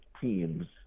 teams